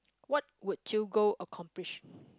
what would you go for accomplish